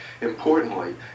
Importantly